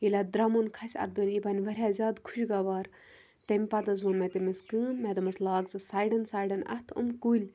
ییٚلہِ اَتھ درٛمُن کھَسہِ اَتھ بَنہِ یہِ بَںہِ واریاہ زیادٕ خُشگوار تمہِ پَتہٕ حظ ووٚن مےٚ تٔمِس کٲم مےٚ دوٚپمَس لاگ ژٕ سایڈَن سایڈَن اَتھ یِم کُلۍ